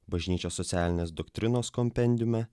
bažnyčios socialinės doktrinos kompendiume